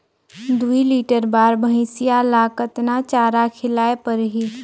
दुई लीटर बार भइंसिया ला कतना चारा खिलाय परही?